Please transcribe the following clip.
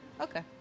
Okay